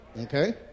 Okay